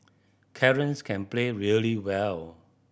Clarence can play really well